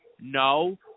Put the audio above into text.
No